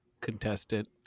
contestant